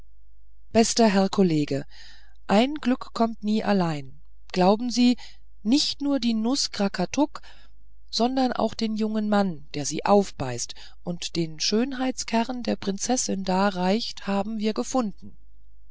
bester herr kollege ein glück kommt nie allein glauben sie nicht nur die nuß krakatuk sondern auch den jungen mann der sie aufbeißt und den schönheitskern der prinzessin darreicht haben wir gefunden